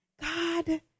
God